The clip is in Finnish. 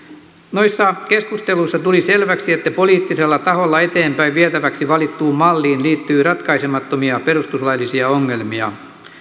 noissa keskusteluissa tuli selväksi että poliittisella taholla eteenpäin vietäväksi valittuun malliin liittyi ratkaisemattomia perustuslaillisia ongelmia